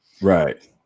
Right